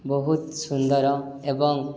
ବହୁତ ସୁନ୍ଦର ଏବଂ